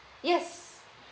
yes